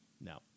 No